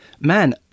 Man